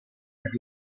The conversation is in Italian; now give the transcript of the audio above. per